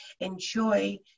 Enjoy